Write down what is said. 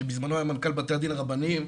שבזמנו היה מנכ"ל בתי הדין הרבניים,